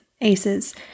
aces